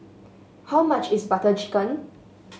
how much is Butter Chicken